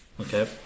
Okay